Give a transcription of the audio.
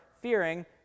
fearing